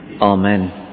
Amen